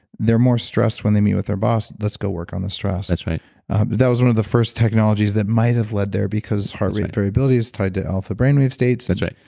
they're more stressed when they meet with their boss. let's go work on the stress that's right that was one of the first technologies that might've led there because heart rate variability is tied to alpha brainwave states that's right